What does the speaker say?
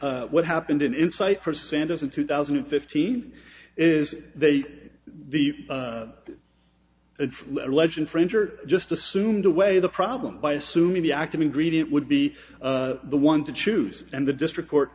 d what happened in insight for santos in two thousand and fifteen is they the ledge infringer just assumed away the problem by assuming the active ingredient would be the one to choose and the district court